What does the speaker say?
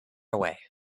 away